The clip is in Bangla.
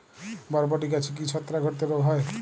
বরবটি গাছে কি ছত্রাক ঘটিত রোগ হয়?